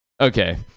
okay